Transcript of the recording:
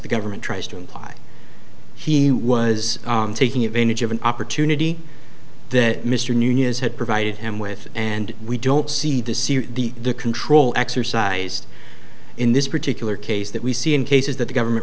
the government tries to imply he was taking advantage of an opportunity that mr newness had provided him with and we don't see the see the control exercised in this particular case that we see in cases that the government